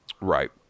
Right